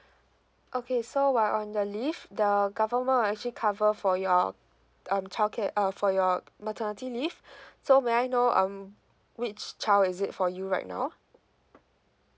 okay so while on the leave the government will actually cover for your um childcare uh for your maternity leave so may I know um which child is it for you right now